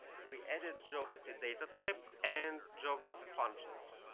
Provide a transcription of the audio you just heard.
we edit geography data type and geography functions.